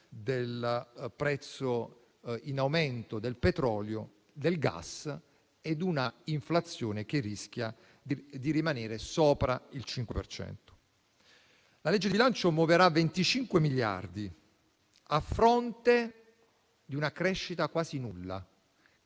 dei prezzi - in aumento - del petrolio e del gas ed una inflazione che rischia di rimanere sopra il 5 per cento. La legge di bilancio muoverà 25 miliardi a fronte di una crescita quasi nulla.